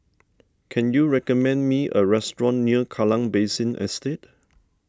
can you recommend me a restaurant near Kallang Basin Estate